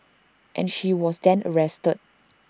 and she was then arrested